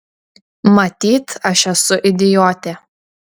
matyt aš esu idiotė